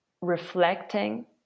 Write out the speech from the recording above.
reflecting